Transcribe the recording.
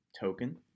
token